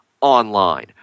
online